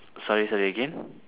sorry sorry again